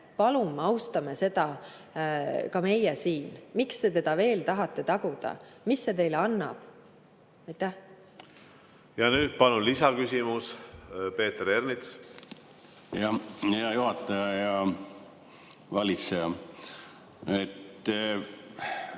Palun austame seda ka meie siin. Miks te teda veel tahate taguda? Mis see teile annab? Ja nüüd palun lisaküsimus. Peeter Ernits! Ja nüüd palun lisaküsimus.